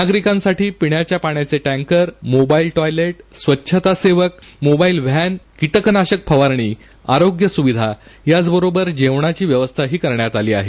नागरिकांसाठी पिण्याच्या पाण्याचे टक्कर मोबाईल टॉयलेट स्वच्छता सेवक मोबाईल व्हान किटकनाशक फवारणी आरोग्य सुविधा याच बरोबर जेवणाची सुविधा करण्यात आली आहे